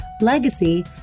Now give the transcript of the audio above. legacy